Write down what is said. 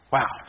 Wow